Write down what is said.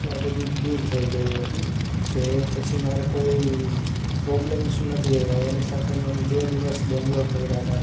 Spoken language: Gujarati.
એ આ બધું દૂર થઈ ગયું હતું કે પછી મારે કોઈ પ્રોબ્લમ્સ નથી આવ્યા એની સાથે મેં બે દિવસ બેંગલોર ફર્યા તા